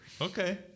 okay